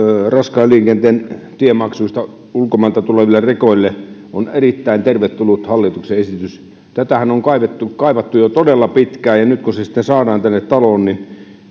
raskaan liikenteen tiemaksuista ulkomailta tuleville rekoille on erittäin tervetullut hallituksen esitys tätähän on kaivattu kaivattu jo todella pitkään ja nyt kun se sitten saadaan tänne taloon niin